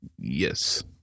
Yes